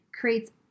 creates